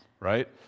right